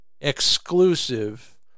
exclusive